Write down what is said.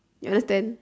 you understand